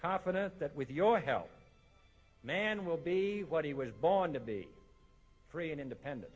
confident that with your help man will be what he was born to be free and independent